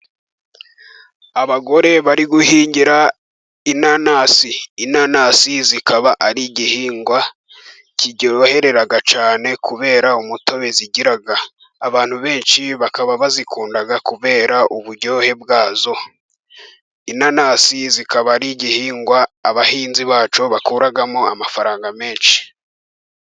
Abagore bari guhingira inanasi. Inanasi zikaba ari igihingwa kiryoherera cyane kubera umutobe zigira Abantu benshi bakaba bazikunda kubera uburyohe bwazo. Inanasi zikaba ari igihingwa abahinzi bacu bakuramo amafaranga menshi.